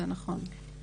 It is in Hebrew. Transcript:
זה נכון.